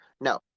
No